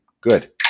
Good